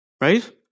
Right